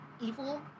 evil